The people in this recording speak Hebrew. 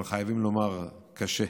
אבל, חייבים לומר: קשה.